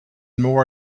more